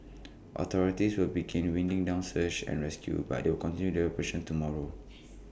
authorities will begin winding down search and rescue but they will continue the operation tomorrow